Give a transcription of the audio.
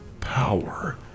power